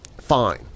FINE